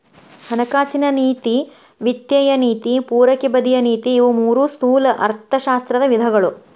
ಹಣಕಾಸಿನ ನೇತಿ ವಿತ್ತೇಯ ನೇತಿ ಪೂರೈಕೆ ಬದಿಯ ನೇತಿ ಇವು ಮೂರೂ ಸ್ಥೂಲ ಅರ್ಥಶಾಸ್ತ್ರದ ವಿಧಗಳು